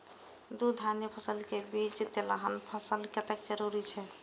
दू धान्य फसल के बीच तेलहन फसल कतेक जरूरी छे?